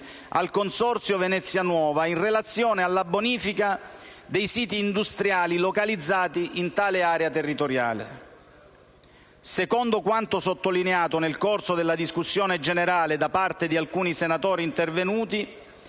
al Consorzio Venezia Nuova, in relazione alla bonifica dei siti industriali localizzati in tale area territoriale. Secondo quanto sottolineato nel corso della discussione generale da parte di alcuni senatori intervenuti